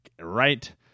right